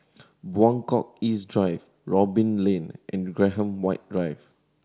Buangkok East Drive Robin Lane and Graham White Drive